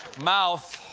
mouth,